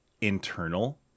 internal